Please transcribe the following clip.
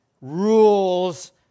rules